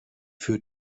führt